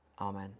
Amen